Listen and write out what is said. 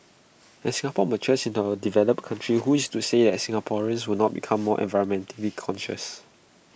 as Singapore matures into A developed country who is to say that Singaporeans will not become more environmentally conscious